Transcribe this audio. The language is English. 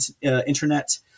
internet